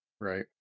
Right